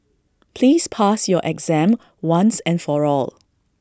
please pass your exam once and for all